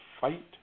fight